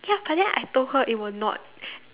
ya but then I told her it will not